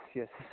yes